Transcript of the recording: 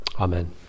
Amen